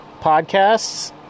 Podcasts